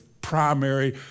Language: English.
primary